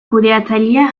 kudeatzailea